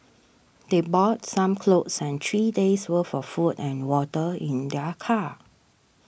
they brought some clothes and three days' worth of food and water in their car